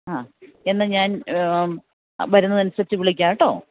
ആ എന്നാല് ഞാൻ വരുന്നതിനനുസരിച്ച് വിളിക്കാം കേട്ടോ